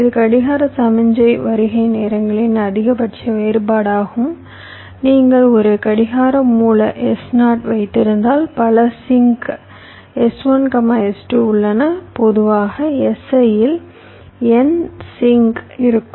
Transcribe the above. இது கடிகார சமிக்ஞை வருகை நேரங்களின் அதிகபட்ச வேறுபாடாகும் நீங்கள் ஒரு கடிகார மூல S0 வைத்திருந்தால் பல சிங்க் S1 S2 உள்ளன பொதுவாக Si இல் n சிங்க் இருக்கும்